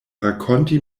rakonti